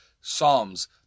Psalms